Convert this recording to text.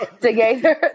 together